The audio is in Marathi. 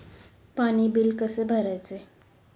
पाणी बिल कसे भरायचे?